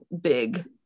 big